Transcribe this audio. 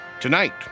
Tonight